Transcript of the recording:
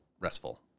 restful